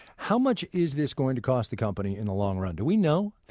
how much is this going to cost the company in the long run? do we know?